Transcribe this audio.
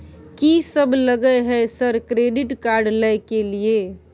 कि सब लगय हय सर क्रेडिट कार्ड लय के लिए?